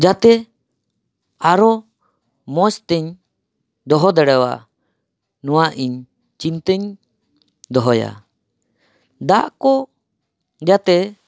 ᱡᱟᱛᱮ ᱟᱨᱚ ᱢᱚᱡᱽ ᱛᱮᱧ ᱫᱚᱦᱚ ᱫᱟᱲᱮᱭᱟᱜ ᱱᱚᱣᱟ ᱤᱧ ᱪᱤᱛᱟᱹᱧ ᱫᱚᱦᱚᱭᱟ ᱫᱟᱜ ᱠᱚ ᱡᱟᱛᱮ